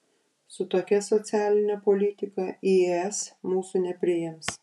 su tokia socialine politika į es mūsų nepriims